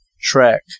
track